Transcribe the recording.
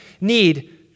need